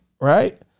right